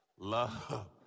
Love